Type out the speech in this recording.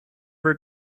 her